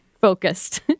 focused